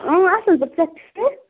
اۭں اَصٕل پٲٹھۍ ژٕ چھَکھ ٹھیٖک